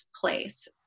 place